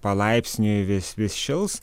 palaipsniui vis vis šils